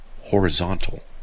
horizontal